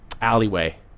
alleyway